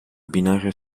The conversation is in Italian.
binario